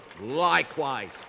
Likewise